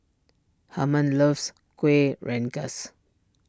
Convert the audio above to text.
Hermann loves Kueh Rengas